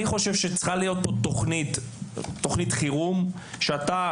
אני חושב שצריכה להיות פה תוכנית חירום שאתה